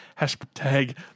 Hashtag